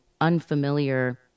unfamiliar